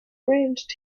ranged